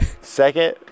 Second